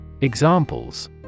Examples